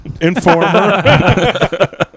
informer